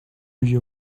you